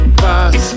pass